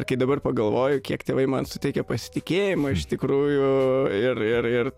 kai dabar pagalvoju kiek tėvai man suteikė pasitikėjimo iš tikrųjų ir ir ir